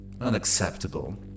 Unacceptable